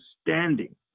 standing